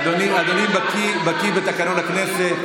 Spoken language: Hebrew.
אדוני בקי בתקנון הכנסת.